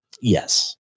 Yes